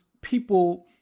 people